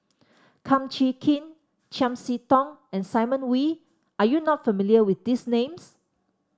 Kum Chee Kin Chiam See Tong and Simon Wee are you not familiar with these names